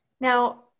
now